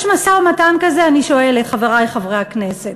יש משא-ומתן כזה, אני שואלת, חברי חברי הכנסת?